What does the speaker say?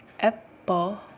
Apple